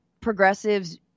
progressives